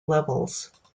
levels